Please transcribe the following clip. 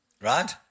right